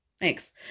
Thanks